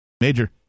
Major